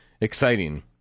exciting